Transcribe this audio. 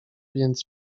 więc